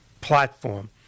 platform